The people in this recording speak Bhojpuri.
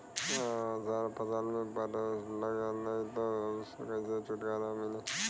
अगर फसल में फारेस्ट लगल रही त ओस कइसे छूटकारा मिली?